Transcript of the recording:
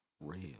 real